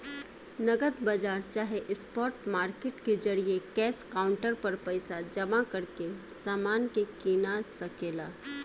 नगद बाजार चाहे स्पॉट मार्केट के जरिये कैश काउंटर पर पइसा जमा करके समान के कीना सके ला